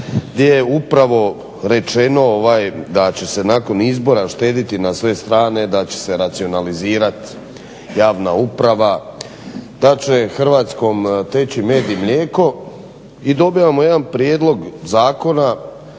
gdje je upravo rečeno da će se nakon izbora štediti na sve strane, da će se racionalizirati javna uprava, da će Hrvatskom teći med i mlijeko. I dobivamo jedan prijedlog zakona,